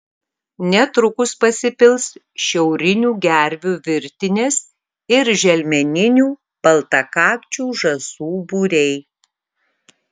netrukus pasipils šiaurinių gervių virtinės ir želmeninių baltakakčių žąsų būriai